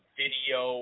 video